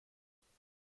drawers